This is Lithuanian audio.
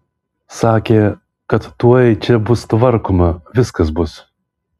sakė kad tuoj čia bus tvarkoma viskas bus